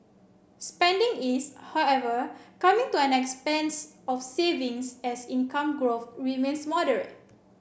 spending is however coming to expense of savings as income growth remains moderate